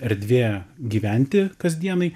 erdvė gyventi kasdienai